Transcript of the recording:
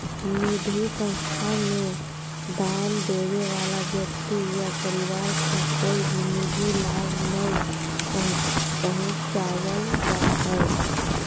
निधि संस्था मे दान देबे वला व्यक्ति या परिवार के कोय भी निजी लाभ नय पहुँचावल जा हय